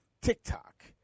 TikTok